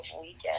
weekend